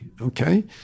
okay